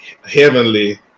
Heavenly